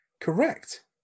Correct